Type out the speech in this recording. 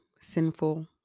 sinful